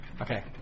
okay